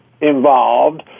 involved